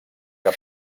que